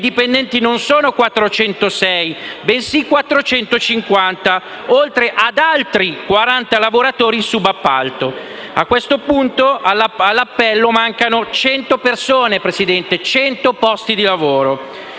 dipendenti non sono 406, ma 450, oltre ad altri 40 lavoratori in subappalto. All'appello mancano 100 persone, 100 posti di lavoro.